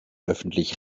öffentlich